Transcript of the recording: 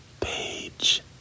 Page